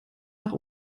nach